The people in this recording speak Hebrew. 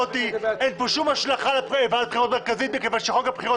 אין כאן שום השלכה על ועדת הבחירות המרכזית מכיוון שחוק הבחירות